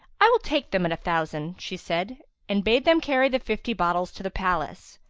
i will take them at a thousand, she said and bade them carry the fifty bottles to the palace.